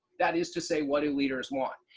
that is to say what do leaders want?